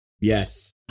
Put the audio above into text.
Yes